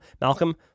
Malcolm